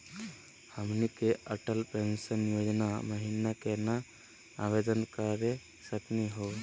हमनी के अटल पेंसन योजना महिना केना आवेदन करे सकनी हो?